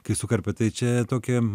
kai sukarpė tai čia tokia